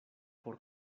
por